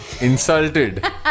insulted